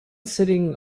sitting